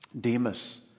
Demas